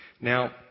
Now